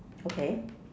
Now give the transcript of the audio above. okay